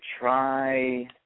try